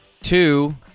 Two